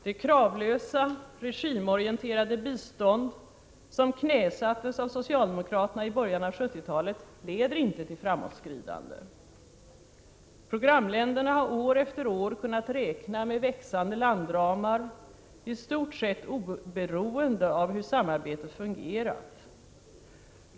Det kravlösa, regimorienterade bistånd som knäsattes av socialdemokraterna i början av 1970-talet leder inte till framåtskridande. Programländerna har år efter år kunnat räkna med växande landramar, i stort sett oberoende av hur samarbetet fungerat.